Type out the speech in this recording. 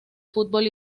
fútbol